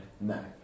No